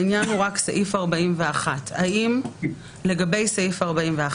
העניין הוא רק סעיף 41. לגבי סעיף 41,